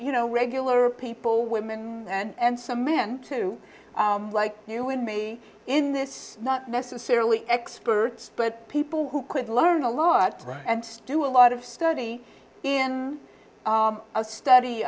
you know regular people women and some men too like you and me in this not necessarily experts but people who could learn a lot and do a lot of study in a study